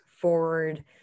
forward